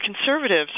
conservatives